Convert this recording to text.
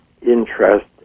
interest